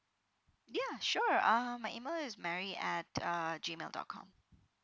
ya sure uh my email is mary at uh G mail dot com